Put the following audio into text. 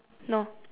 no